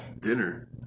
Dinner